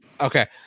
Okay